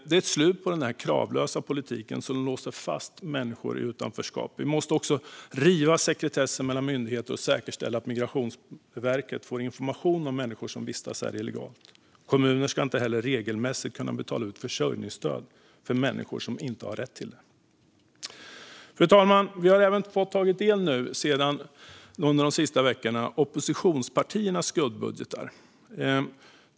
Det är ett slut på den kravlösa politiken som låser fast människor i utanförskap. Vi måste också riva sekretessen mellan myndigheter och säkerställa att Migrationsverket får information om människor som vistas här illegalt. Kommuner ska inte heller regelmässigt kunna betala ut försörjningsstöd till människor som inte har rätt till det. Fru talman! Vi har under de senaste veckorna fått ta del av oppositionspartiernas skuggbudgetar.